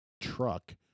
truck